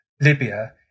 Libya